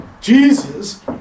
Jesus